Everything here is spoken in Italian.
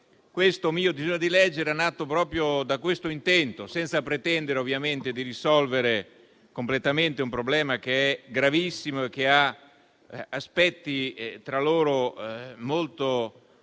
Il mio disegno di legge era nato proprio da questo intento, senza pretendere ovviamente di risolvere completamente un problema gravissimo, che presenta aspetti tra loro molto